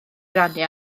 rannu